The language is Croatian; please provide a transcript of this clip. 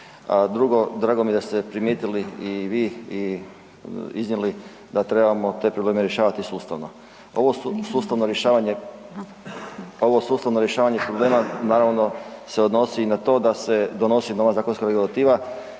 drugo, drago mi jer da ste primijetili i vi i iznijeli da trebamo te probleme rješavati sustavno. Ovo sustavno rješavanje problema naravno da se odnosi na to da se donosi nova zakonska regulativa